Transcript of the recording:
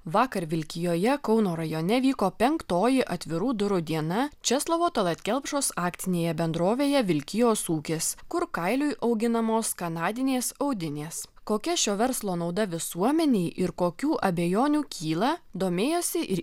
vakar vilkijoje kauno rajone vyko penktoji atvirų durų diena česlovo tallat kelpšos akcinėje bendrovėje vilkijos ūkis kur kailiui auginamos kanadinės audinės kokia šio verslo nauda visuomenei ir kokių abejonių kyla domėjosi ir